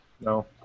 No